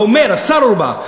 השר אורבך,